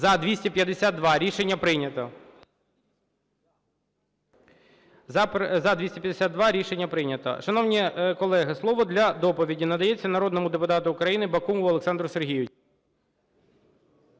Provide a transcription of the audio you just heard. За-252 Рішення прийнято. За – 252. Рішення прийнято. Шановні колеги, слово для доповіді надається народному депутату України Бакумову Олександру Сергійовичу.